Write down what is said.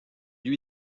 lui